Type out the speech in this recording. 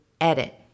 edit